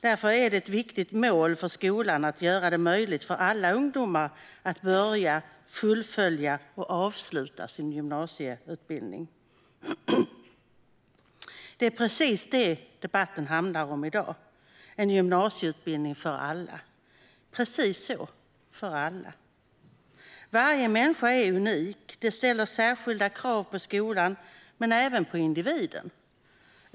Därför är det ett viktigt mål för skolan att göra det möjligt för alla ungdomar att börja, fullfölja och avsluta sin gymnasieutbildning. Det är precis det debatten handlar om i dag: En gymnasieutbildning för alla. Varje människa är unik. Det ställer särskilda krav på skolan men även på individen.